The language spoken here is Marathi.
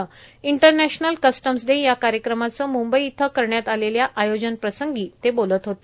इंटरनॅशनल कस्टम्स डे या कार्यक्रमाचे मंबई इथं करण्यात आलेल्या आयोजन प्रसंगी ते बोलत होते